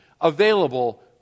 available